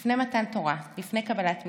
לפני מתן תורה, לפני קבלת מצוות,